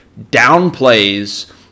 downplays